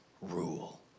rule